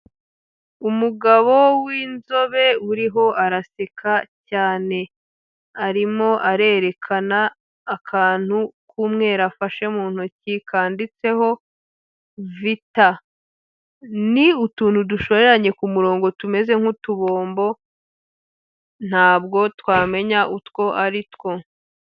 Umugabo w'inzobe uriho araseka cyane arimo arerekana akantu k'umweru afashe mu ntoki kandiditseho vita. Ni utuntu dushoreranye ku murongo tumeze nk'utubombo ntabwo twamenya utwo ari two.